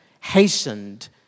hastened